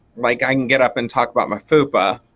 like i can get up and talk about my fupa